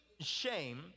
shame